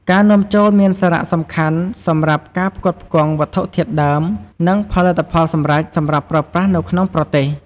ការនាំចូលមានសារៈសំខាន់សម្រាប់ការផ្គត់ផ្គង់វត្ថុធាតុដើម និងផលិតផលសម្រេចសម្រាប់ប្រើប្រាស់នៅក្នុងប្រទេស។